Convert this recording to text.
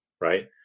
right